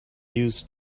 used